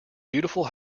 beautiful